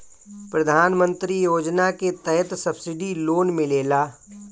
प्रधान मंत्री योजना के तहत सब्सिडी लोन मिलेला